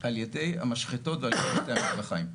על חומרים כימיים מסוכנים.